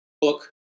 book